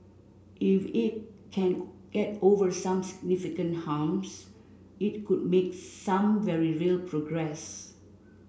if it can get over some significant humps it could make some very real progress